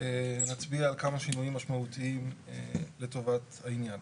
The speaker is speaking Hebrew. נצביע על כמה שינויים משמעותיים לטובת העניין.